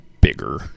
bigger